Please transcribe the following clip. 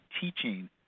teaching